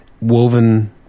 woven